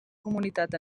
comunitat